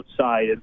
outside